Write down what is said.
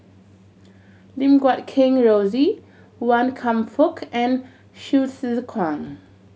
Lim Guat Kheng Rosie Wan Kam Fook and Hsu Tse Kwang